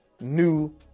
new